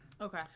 okay